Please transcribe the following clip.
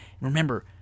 Remember